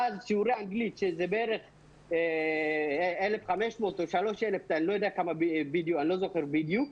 שיעורי אנגלית הם בערך 1,500 או 3,000 אני לא זוכר בדיוק.